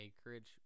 Anchorage